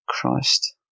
Christ